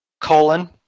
colon